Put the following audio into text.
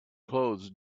clothes